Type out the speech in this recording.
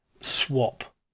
swap